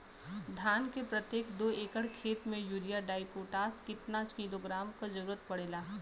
धान के प्रत्येक दो एकड़ खेत मे यूरिया डाईपोटाष कितना किलोग्राम क जरूरत पड़ेला?